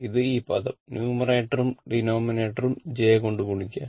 ഇത് ഈ പദം ന്യൂമറേറ്ററും ഡിനോമിനേറ്ററും j കൊണ്ട് ഗുണിക്കുക